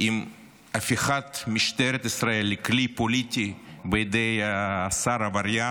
עם הפיכת משטרת ישראל לכלי פוליטי בידי שר עבריין,